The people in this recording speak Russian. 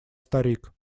старик